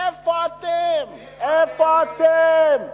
איפה אתם?